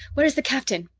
where is the captain?